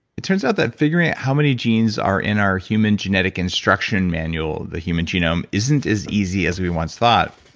it turns out that figuring out how many genes are in our human genetic instruction manual, the human genome, isn't as easy as we once thought.